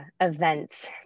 events